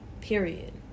Period